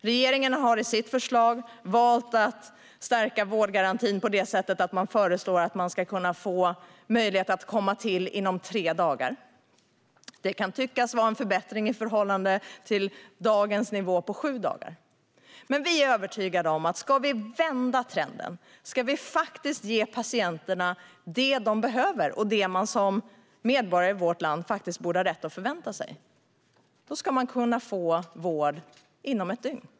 Regeringen har i sitt förslag valt att stärka vårdgarantin på det sättet att den föreslår att man ska få möjlighet att komma till vård inom tre dagar. Det kan tyckas vara en förbättring i förhållande till dagens nivå på sju dagar. Men vi är övertygade om att ska vi vända trenden, ska vi faktiskt ge patienterna det de behöver och det de som medborgare i vårt land faktiskt borde ha rätt att förvänta sig, ska de kunna få vård inom ett dygn.